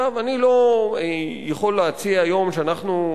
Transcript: אני לא יכול להציע היום שאנחנו,